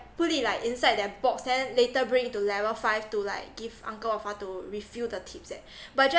put it like inside their box then later bring into level five to like give uncle ofa to refill the tips eh but just